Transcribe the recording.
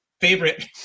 favorite